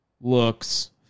looks